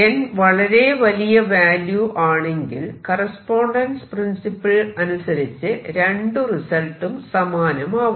n വളരെ വലിയ value ആണെങ്കിൽ കറസ്പോണ്ടൻസ് പ്രിൻസിപ്പിൾ അനുസരിച്ച് രണ്ടു റിസൾട്ടും സമാനമാവണം